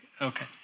Okay